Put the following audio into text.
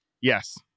Yes